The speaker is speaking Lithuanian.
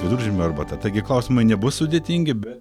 viduržiemio arbata taigi klausimai nebus sudėtingi be